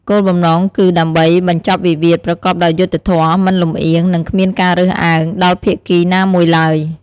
គោលបំណងគឺដើម្បី បញ្ចប់វិវាទប្រកបដោយយុត្តិធម៌ មិនលម្អៀង និងគ្មានការរើសអើង ដល់ភាគីណាមួយឡើយ។